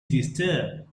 disturbed